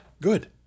good